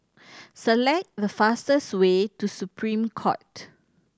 select the fastest way to Supreme Court